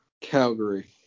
Calgary